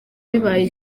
bibaye